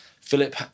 Philip